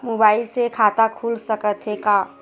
Mobile से खाता खुल सकथे का?